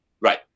Right